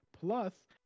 plus